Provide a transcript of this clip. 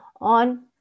on